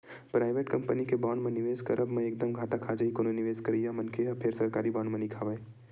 private company के bond म निवेस करब म एक दम घाटा खा जाही कोनो निवेस करइया मनखे ह फेर सरकारी बांड म नइ खावय